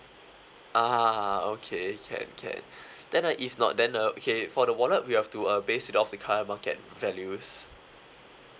ah okay can can then uh if not then uh okay for the wallet we have to uh base it off the current market values